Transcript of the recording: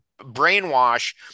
brainwash